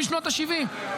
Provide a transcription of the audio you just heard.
משנות ה-70,